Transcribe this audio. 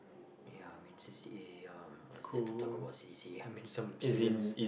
ya I mean c_c_a um what's there to talk about c_c_a I mean some students